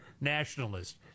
nationalist